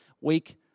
week